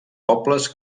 pobles